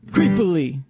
Creepily